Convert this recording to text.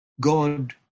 God